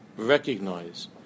Recognize